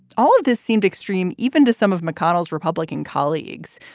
all of this seemed extreme even to some of mcconnell's republican colleagues.